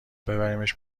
ببریمش